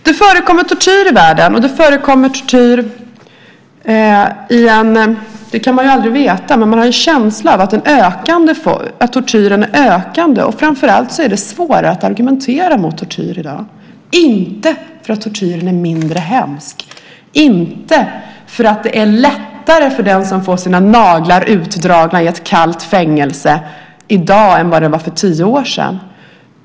Det förekommer tortyr i världen, och det förekommer tortyr i - det kan man inte veta, men jag har en känsla av det - ökande grad. Framför allt är det svårt att argumentera mot tortyr i dag, inte för att tortyren är mindre hemsk, inte för att det är lättare för den som får sina naglar utdragna i ett kallt fängelse i dag än vad det var för tio år sedan.